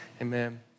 Amen